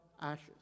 ashes